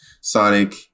Sonic